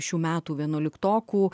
šių metų vienuoliktokų